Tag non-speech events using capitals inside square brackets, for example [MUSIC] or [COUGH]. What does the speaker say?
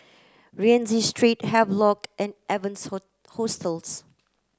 Rienzi Street Havelock and Evans [UNINTELLIGIBLE] Hostels